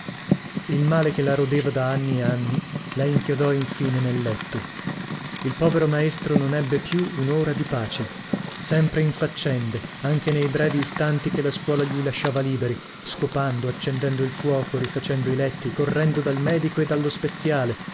il male che la rodeva da anni e anni la inchiodò infine nel letto il povero maestro non ebbe più unora di pace sempre in faccende anche nei brevi istanti che la scuola gli lasciava liberi scopando accendendo il fuoco rifacendo i letti correndo dal medico e dallo speziale